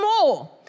more